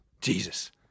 Jesus